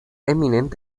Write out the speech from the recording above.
eminem